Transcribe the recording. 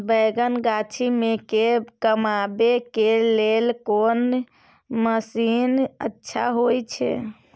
बैंगन गाछी में के कमबै के लेल कोन मसीन अच्छा होय छै?